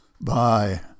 Bye